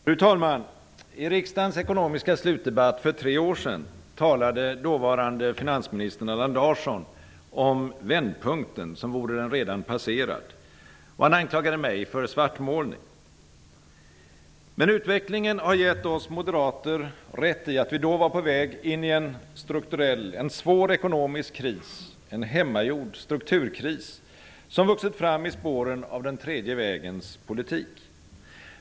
Fru talman! I riksdagens ekonomiska slutdebatt för tre år sedan talade dåvarande finansministern Allan Larsson om vändpunkten som vore den redan passerad, och han anklagade mig för svartmålning. Men utvecklingen har gett oss moderater rätt i att vi då var på väg in i en svår ekonomisk kris, en hemmagjord strukturkris, som vuxit fram i spåren av ''den tredje vägens politik''.